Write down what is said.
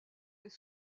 est